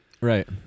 Right